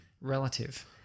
relative